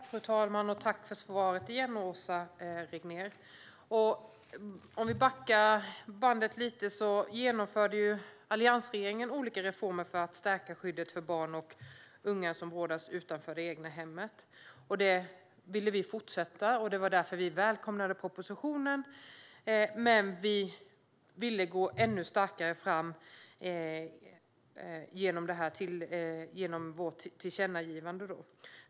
Fru talman! Tack för svaret, Åsa Regnér! Om vi backar bandet så genomförde alliansregeringen olika reformer för att stärka skyddet för barn och unga som vårdas utanför det egna hemmet. Det ville vi fortsätta med, och det var därför vi välkomnade propositionen. Men genom vårt tillkännagivande vill vi gå ännu längre.